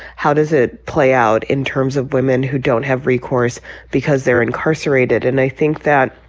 how does it play out in terms of women who don't have recourse because they're incarcerated and i think that.